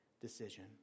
decision